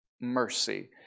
mercy